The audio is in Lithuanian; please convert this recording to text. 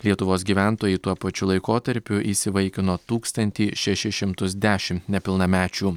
lietuvos gyventojai tuo pačiu laikotarpiu įsivaikino tūkstantį šešis šimtus dešimt nepilnamečių